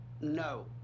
No